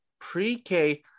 pre-K